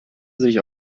sich